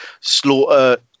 Slaughter